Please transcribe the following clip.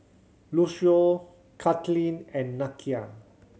Lucio Kathleen and Nakia